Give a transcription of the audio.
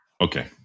okay